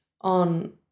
on